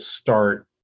start